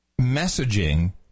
messaging